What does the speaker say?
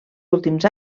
últims